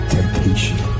temptation